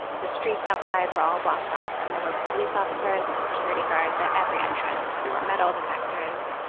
the streets outside were all blocked off, and there were police officers and security guards at every entrance. there were metal detectors.